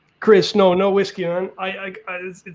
chris, no, no whiskey man, i